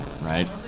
right